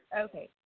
Okay